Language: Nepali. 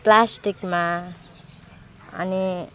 प्लास्टिकमा अनि